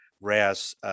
RAS